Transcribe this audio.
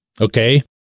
Okay